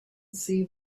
see